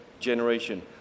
generation